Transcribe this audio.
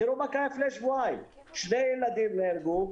תראו מה קרה לפני שבועיים - שני ילדים נהרגו,